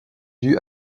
due